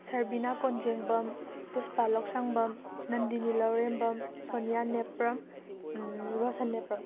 ꯁꯔꯕꯤꯅꯥ Konjengba Pushpa Lousangbam Nandini Loureembam Sonia Nepram Roshan Nepram